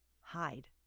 hide